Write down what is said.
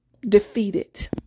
Defeated